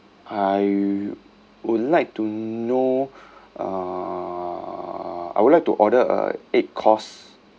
I would like to know uh I would like to order uh eight course